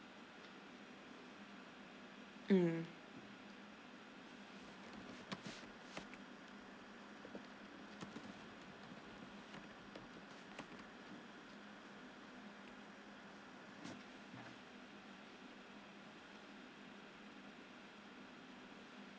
mm